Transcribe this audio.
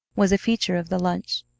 was a feature of the lunch.